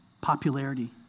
popularity